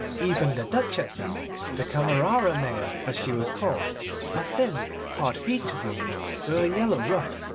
even the duchess the camerera-mayor as she was called a thin, hard-featured woman with a yellow ruff,